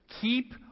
Keep